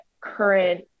current